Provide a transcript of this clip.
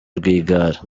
rwigara